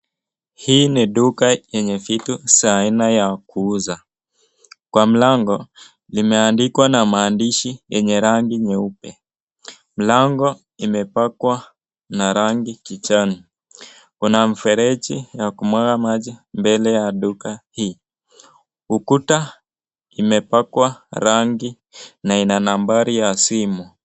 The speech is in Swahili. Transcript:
Hii ni duka yenye vitu za aina ya kuuza ,kwa mlango limeandikwa na maandishi yenye rangi nyeupe ,mlango imepakwa na rangi kijani ,kuna mfereji ya kumwaga maji mbele ya duka hii ,ukuta imepakwa rangi na ina nambari ya simu.